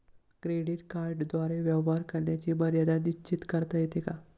Credit कार्डद्वारे व्यवहार करण्याची मर्यादा निश्चित करता येते का?